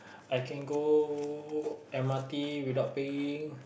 I can go M_R_T without paying